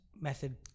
method